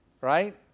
right